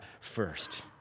first